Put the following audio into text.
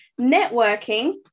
networking